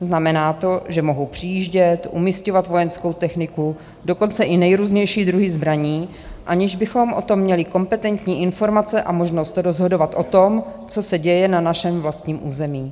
Znamená to, že mohou přijíždět, umisťovat vojenskou techniku, dokonce i nejrůznější druhy zbraní, aniž bychom o tom měli kompetentní informace a možnost rozhodovat o tom, co se děje na našem vlastním území.